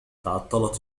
تعطلت